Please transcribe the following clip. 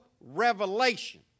revelation